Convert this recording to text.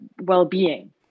well-being